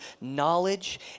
knowledge